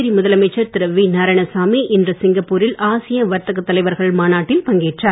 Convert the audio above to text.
புதுச்சேரி முதலமைச்சர் திரு வி நாராயணசாமி இன்று சிங்கப்பூரில் ஆசிய வர்த்தக தலைவர்கள் மாநாட்டில் பங்கேற்றார்